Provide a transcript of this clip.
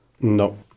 no